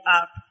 up